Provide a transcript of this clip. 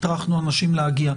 הטרחנו אנשים להגיע.